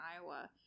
iowa